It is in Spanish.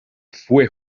fue